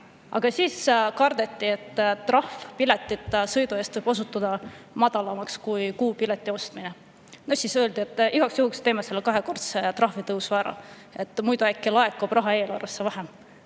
avaldati kartust, et trahv piletita sõidu eest võib osutuda odavamaks kui kuupileti ostmine. Siis öeldigi, et igaks juhuks teeme selle kahekordse trahvitõusu ära, muidu äkki laekub raha eelarvesse vähem.